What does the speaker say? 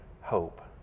hope